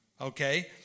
Okay